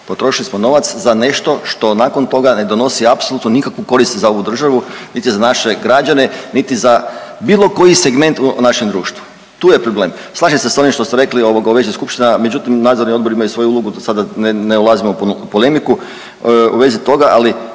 Potrošili smo novac za nešto što nakon toga ne donosi apsolutno nikakvu korist za ovu državu, niti za naše građane, niti za bilo koji segment u našem društvu tu je problem. Slažem se sa ovim što ste rekli u vezi skupština. Međutim nadzorni odbori imaju svoju ulogu da sada ne ulazimo puno u polemiku u vezi toga. Ali